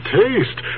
taste